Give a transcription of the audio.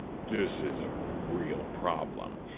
this is a real problem.